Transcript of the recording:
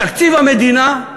תקציב המדינה,